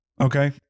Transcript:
Okay